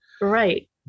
Right